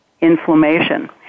inflammation